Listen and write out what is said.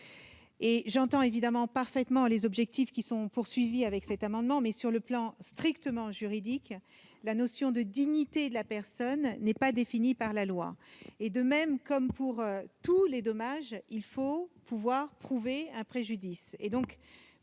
J'entends bien sûr parfaitement les objectifs qui sont visés par les auteurs de ces amendements, mais, sur le plan strictement juridique, la notion de « dignité de la personne » n'est pas définie par la loi. J'ajoute que, comme pour tout dommage, il faut pouvoir prouver un préjudice.